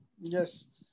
Yes